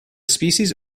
species